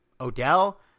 Odell